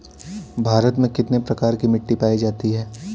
भारत में कितने प्रकार की मिट्टी पाई जाती है?